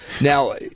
Now –